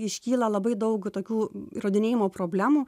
iškyla labai daug tokių įrodinėjimo problemų